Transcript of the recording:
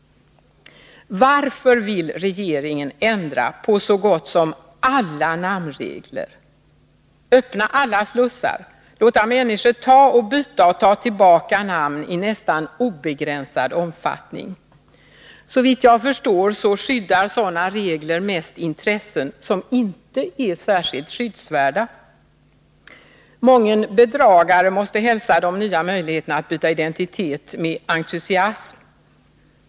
Varför vill regeringen ändra på så gott som alla namnregler, öppna alla slussar samt låta människor ta, byta och ta tillbaka namn i nästan obegränsad omfattning? Såvitt jag förstår skyddar sådana regler mest intressen som inte är särskilt skyddsvärda. Mången bedragare måste hälsa de nya möjligheterna att byta identitet med entusiasm.